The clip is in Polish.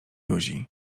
józi